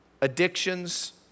addictions